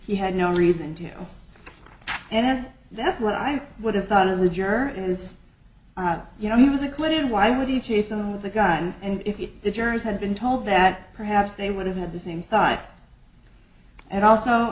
he had no reason to and as that's what i would have thought as a juror is you know he was acquitted why would he choose someone with a gun and if the jurors had been told that perhaps they would have had the same thought and also